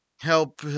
help